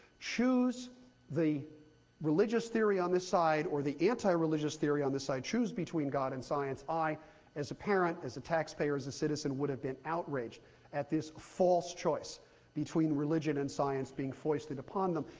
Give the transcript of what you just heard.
choose the religious theory on this side or the anti religious theory on this side, choose between god and science, i as a parent, as a taxpayer, as a citizen, would have been outraged at this false choice between religion and science being foisted upon them.